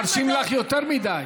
מרשים לך יותר מדי.